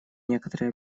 некоторые